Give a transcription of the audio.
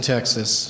Texas